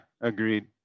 agreed